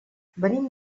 venim